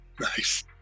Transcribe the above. nice